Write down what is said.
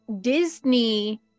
disney